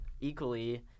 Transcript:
equally